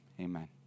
Amen